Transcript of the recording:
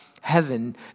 heaven